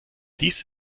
dies